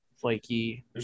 Flaky